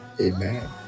Amen